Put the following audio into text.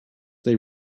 they